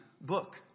book